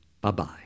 Bye-bye